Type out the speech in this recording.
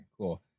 cool